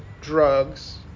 drugs